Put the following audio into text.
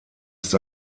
ist